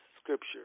scripture